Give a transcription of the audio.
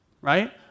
right